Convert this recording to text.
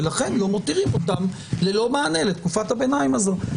ולכן לא מותירים אותם ללא מענה לתקופת הביניים הזאת.